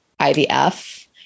IVF